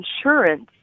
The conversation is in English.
insurance